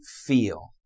feel